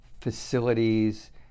facilities